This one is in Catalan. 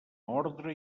ordre